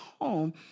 home